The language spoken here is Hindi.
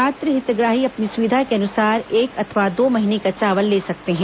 पात्र हितग्राही अपनी सुविधा के अनुसार एक अथवा दो महीने का चावल ले सकते हैं